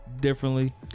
differently